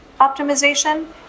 optimization